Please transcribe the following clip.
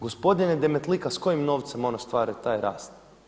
Gospodine Demtlika s kojim novcem on ostvaruje taj rast?